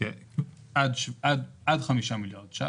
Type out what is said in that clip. עד חמישה מיליארד ₪.